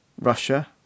Russia